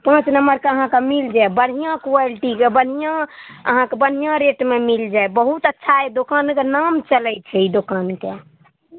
पाँच नम्बरके अहाँके मिल जायत बढ़िआँ क्वालिटीके बढ़िआँ अहाँके बढ़िआँ रेटमे मिल जायत बहुत अच्छा एहि दोकानके नाम चलै छै ई दोकानके